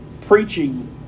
preaching